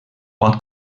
pot